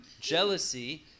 Jealousy